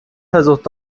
versucht